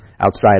outside